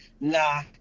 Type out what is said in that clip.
Nah